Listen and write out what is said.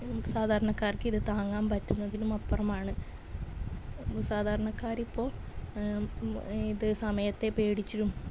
സാധാരണക്കാർക്കിത് താങ്ങാൻ പറ്റുന്നതിലും അപ്പുറമാണ് സാധാരക്കാരിപ്പോൾ ഇത് സമയത്തെ പേടിച്ചും